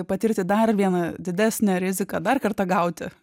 patirti dar vieną didesnę riziką dar kartą gauti